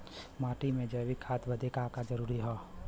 माटी में जैविक खाद बदे का का जरूरी ह?